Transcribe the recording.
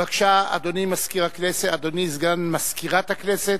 בבקשה, אדוני סגן מזכירת הכנסת.